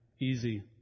Easy